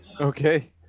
Okay